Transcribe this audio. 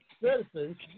citizens